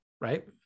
right